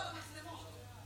אבל חשוב לומר משהו על המצלמות.